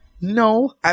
No